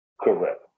Correct